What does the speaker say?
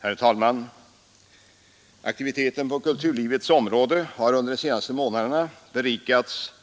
Herr talman! Aktiviteten på kulturlivets område har under de senaste månaderna berikat kulturdebatten